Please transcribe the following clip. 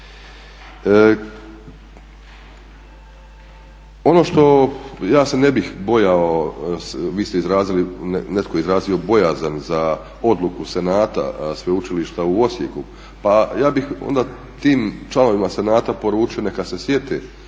Ono što ja se ne bih bojao, netko je izrazio bojazan za odluku Senata Sveučilišta u Osijeku pa ja bih onda tim članovima Senata poručio neka se sjete